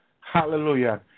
Hallelujah